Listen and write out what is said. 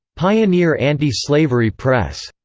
pioneer anti-slavery press,